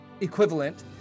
equivalent